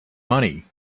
money